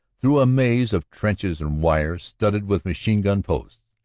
through a maze of trenches and wire, studded with machine-gun posts.